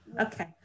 okay